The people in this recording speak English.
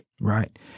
Right